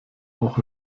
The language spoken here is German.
auch